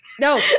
No